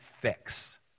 fix